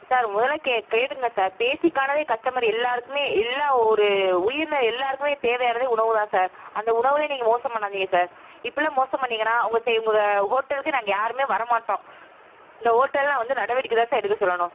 sir முதலை கே கேளுங்க சார் பேசிக்கானதே கஸ்டமர் எல்லாேருக்குமே எல்லா ஒரு உயிருன்னது எல்லாேருக்குமே தேவையானதே உணவு தான் சார் அந்த உணவில் நீங்கள் மோசம் பண்ணாதீங்க சார் இப்பெல்லாம் மோசம் பண்ணீங்கன்னால் உங்கள் சே உங்கள் ஹோட்டலுக்கு நாங்கள் யாருமே வர மாட்டோம் இந்த ஓட்டலெலாம் வந்து நடவடிக்கை தான் சார் எடுக்க சொல்லணும்